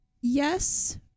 Yes